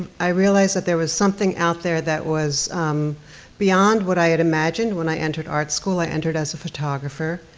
i realized that there was something out there that was beyond what i had imagined when i entered art school. i entered as a photographer,